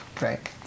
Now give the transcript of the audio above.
Right